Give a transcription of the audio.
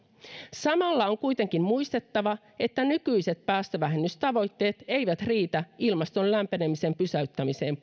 samalla on kuitenkin muistettava että nykyiset päästövähennystavoitteet eivät riitä ilmaston lämpenemisen pysäyttämiseen